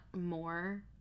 more